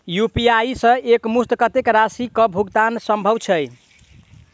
UPI सऽ एक मुस्त कत्तेक राशि कऽ भुगतान सम्भव छई?